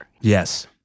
Yes